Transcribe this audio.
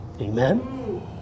Amen